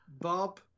Bob